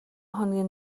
хоногийн